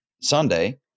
Sunday